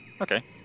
Okay